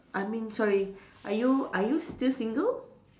I mean sorry are you are you still single